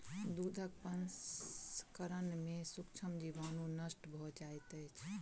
दूधक प्रसंस्करण में सूक्ष्म जीवाणु नष्ट भ जाइत अछि